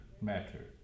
matter